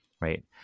right